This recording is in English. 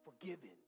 forgiven